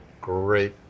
great